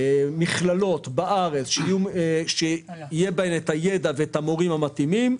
מכללות בארץ שיהיה בהן את הידע ואת המורים המתאימים.